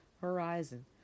horizon